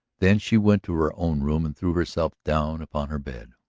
then she went to her own room and threw herself down upon her bed,